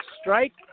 strike